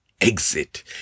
exit